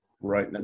Right